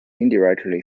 indirectly